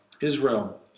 Israel